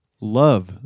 love